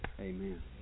Amen